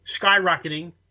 skyrocketing